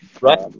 Right